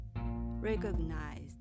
recognized